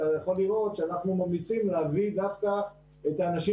אתה יכול לראות שאנחנו ממליצים להביא דווקא את האנשים